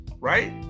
Right